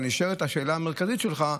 אבל נשארת השאלה המרכזית שלך: